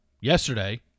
yesterday